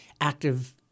active